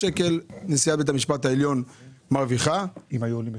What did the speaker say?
מה קורה?